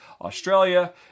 Australia